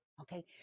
okay